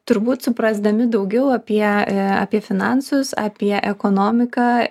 turbūt suprasdami daugiau apie apie finansus apie ekonomiką